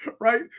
right